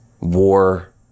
war